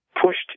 pushed